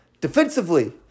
Defensively